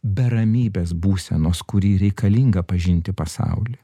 be ramybės būsenos kuri reikalinga pažinti pasaulį